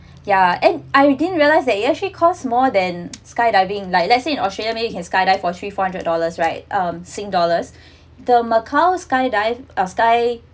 ya and I didn't realize that it actually costs more than skydiving like let's say in australia may be you can skydive for three four hundred dollars right um sing dollars the macau skydive uh sky